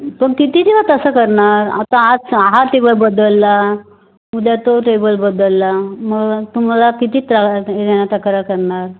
पण किती दिवस तसं करणार आता आज हा टेबल बदलला उद्या तो टेबल बदलला मग तुम्हाला किती त्रास हे देणार तक्रार करणार